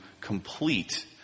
complete